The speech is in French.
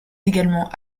également